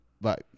Bye